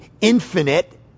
infinite